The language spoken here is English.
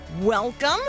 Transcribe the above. welcome